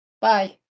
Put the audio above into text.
bye